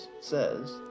says